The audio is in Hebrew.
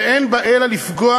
ואין בה אלא לפגוע